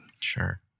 Sure